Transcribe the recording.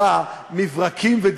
אני משרתת את העם שלי.